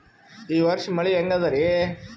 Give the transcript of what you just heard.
ಈ ವರ್ಷ ಮಳಿ ಹೆಂಗ ಅದಾರಿ?